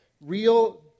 real